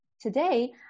Today